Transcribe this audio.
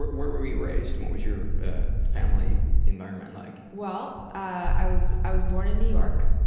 where were were you raised and what was your family environment like? well, i was i was born in new york,